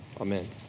Amen